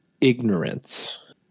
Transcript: ignorance